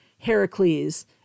Heracles